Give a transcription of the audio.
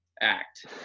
act